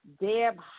Deb